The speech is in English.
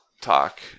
talk